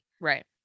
right